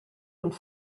und